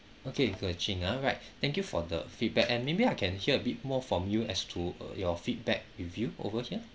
okay goh ching ah right thank you for the feedback and maybe I can hear a bit more from you as to uh your feedback with you over here